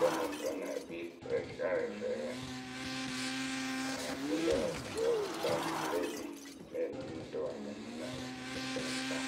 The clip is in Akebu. lǝmɨ tɨrɛ ŋ́ nee kpii tɨrɛ sɩkayǝ rɛ rɨ fɛɛwǝ rɛ. Tɨŋtǝǝwǝ wǝǝ enyipǝ pɨ lǝǝmɨ pɨ lée kpii ŋme ŋ́ nóo nuŋ rɨ paa ŋmɨŋmɨ ŋ́ nǝǝ lǝmɨ fɛɛtɨnɨsɩkayǝ.